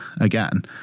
again